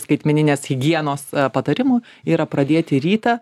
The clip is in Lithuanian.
skaitmeninės higienos patarimų yra pradėti rytą